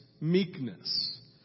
meekness